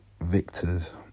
victors